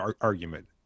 argument